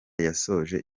yasoje